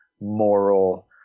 moral